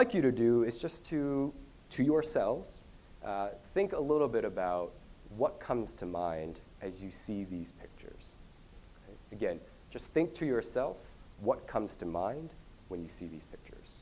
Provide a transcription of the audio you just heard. like you to do is just to to yourselves think a little bit about what comes to mind as you see these pictures and again just think to yourself what comes to mind when you see these pictures